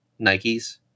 Nikes